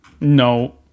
no